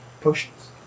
potions